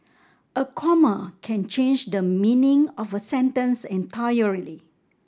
a comma can change the meaning of a sentence entirely